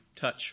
touch